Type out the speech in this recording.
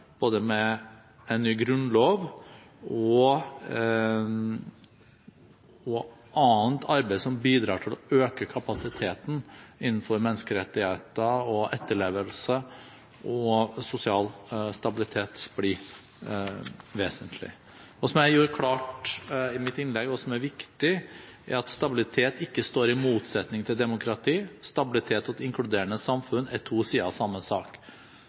en ny grunnlov og annet arbeid som bidrar til å øke kapasiteten innenfor menneskerettigheter, etterlevelse og sosial stabilitet, blir vesentlig. Som jeg gjorde klart i mitt innlegg, og som er viktig, står stabilitet ikke i motsetning til demokrati. Stabilitet og et inkluderende samfunn er to sider av samme sak.